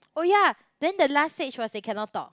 oh yea then the last stage was they cannot talk